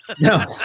No